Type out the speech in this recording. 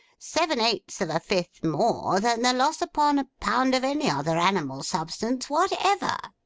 seven-eights of a fifth more than the loss upon a pound of any other animal substance whatever.